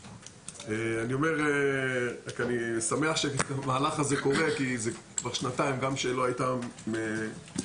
אני שמח שהמהלך הזה קורה כי כבר שנתיים לא הייתה ממשלה.